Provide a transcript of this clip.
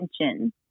attention